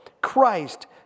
christ